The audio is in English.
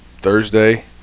Thursday